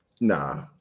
Nah